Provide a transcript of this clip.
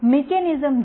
mechanism જી